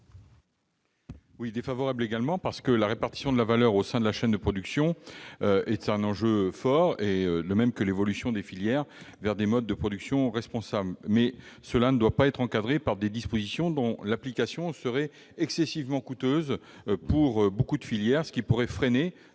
du Gouvernement ? La répartition de la valeur au sein de la chaîne de production est un enjeu fort, de même que l'évolution des filières vers des modes de production responsables. Mais cela ne doit pas être encadré par des dispositions dont l'application serait excessivement coûteuse pour de nombreuses filières, ce qui pourrait freiner